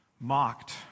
mocked